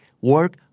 work